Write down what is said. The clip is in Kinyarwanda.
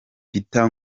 peter